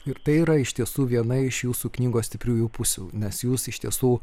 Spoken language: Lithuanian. ir tai yra iš tiesų viena iš jūsų knygos stipriųjų pusių nes jūs iš tiesų